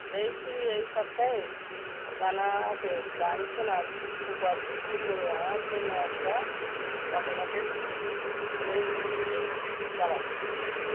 হেই Siri এই সপ্তাহেই গানা আপে গান শোনার উপর ভিত্তি করে আমার জন্য একটা অটোম্যাটেড প্লেটিক্স চালাও